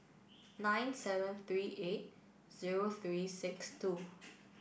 nine seven three eight zero three six two